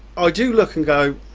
i do look and go